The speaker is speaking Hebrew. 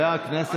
תתבייש.